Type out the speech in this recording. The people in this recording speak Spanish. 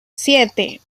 siete